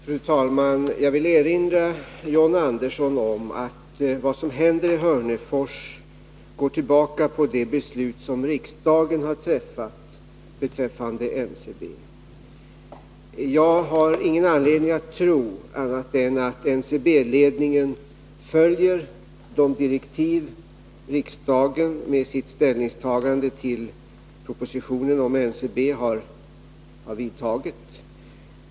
Fru talman! Jag vill erinra John Andersson om att vad som händer i Hörnefors går tillbaka på det beslut som riksdagen har fattat beträffande NCB. Jag har ingen anledning att tro annat än att NCB-ledningen följer de direktiv som riksdagen har gett med sitt ställningstagande till propositionen om NCB.